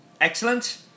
Excellent